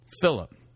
Philip